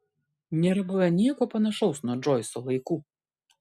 nėra buvę nieko panašaus nuo džoiso laikų